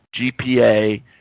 GPA